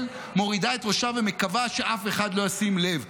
מורידה את ראשה ומקווה שאף אחד לא ישים לב.